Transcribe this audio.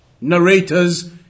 narrators